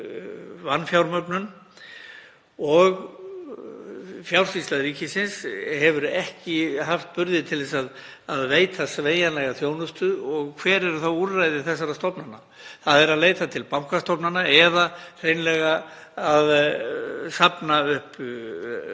og Fjársýsla ríkisins hefur ekki haft burði til að veita sveigjanlegri þjónustu. Hver eru þá úrræði þessara stofnana? Það er að leita til bankastofnana eða hreinlega safna upp